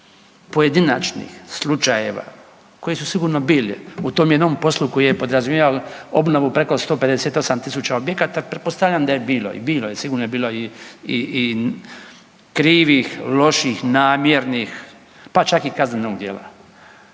pojedinačnih slučajeva koji su sigurno bili u tom jednom poslu koji je podrazumijevao obnovu preko 158.000 objekata pretpostavljam da je bilo i bilo je sigurno je bilo i krivih, loših, namjernih pa čak i kaznenog djela.